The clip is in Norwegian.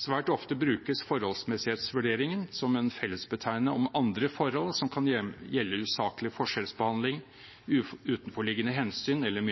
Svært ofte brukes forholdsmessighetsvurderingen som en fellesbetegnelse for andre forhold som kan gjelde usaklig forskjellsbehandling, utenforliggende hensyn eller